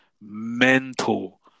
mental